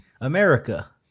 America